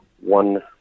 one